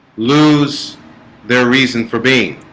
lose their reason for being